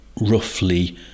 roughly